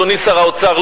אדוני שר האוצר,